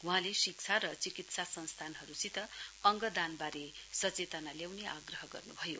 वहाँले शिक्षा र चिकित्सा संस्थानहरुसित अङ्ग दानवारे सचेतना ल्याउने आग्रह गर्नुभयो